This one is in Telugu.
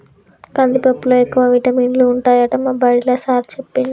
కందిపప్పులో ఎక్కువ విటమినులు ఉంటాయట మా బడిలా సారూ చెప్పిండు